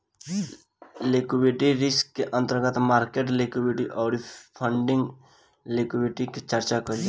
liquidity risk के अंतर्गत market liquidity अउरी फंडिंग लिक्विडिटी के चर्चा कईल जाला